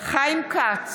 חיים כץ,